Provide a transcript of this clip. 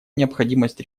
необходимость